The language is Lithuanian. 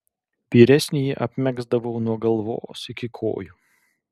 vyresnįjį apmegzdavau nuo galvos iki kojų